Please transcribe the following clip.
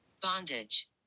Bondage